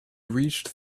reached